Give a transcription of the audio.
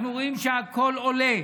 אנחנו רואים שהכול עולה,